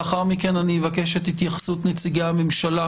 לאחר מכן אבקש את התייחסות נציגי הממשלה